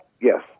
yes